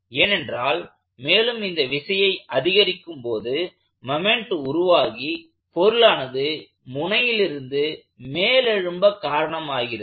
ஏனென்றால் மேலும் இந்த விசையை அதிகரிக்கும் போது மொமெண்ட் உருவாகி பொருளானது முனையிலிருந்து மேலெழும்ப காரணமாகிறது